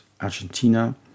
Argentina